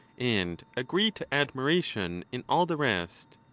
and agree to admiration in all the rest.